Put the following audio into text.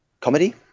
comedy